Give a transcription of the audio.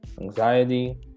anxiety